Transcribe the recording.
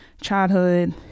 childhood